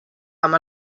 amb